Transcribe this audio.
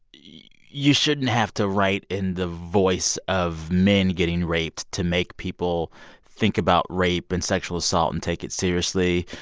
you shouldn't have to write in the voice of men getting raped to make people think about rape and sexual assault and take it seriously.